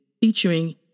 featuring